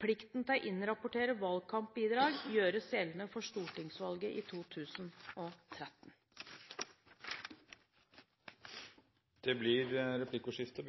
Plikten til å innrapportere valgkampbidrag gjøres gjeldende for stortingsvalget i 2013. Det blir replikkordskifte.